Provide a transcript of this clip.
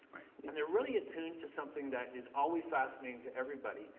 and they're really attuned to something that is always fascinating to everybody,